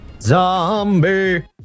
Zombie